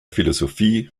philosophie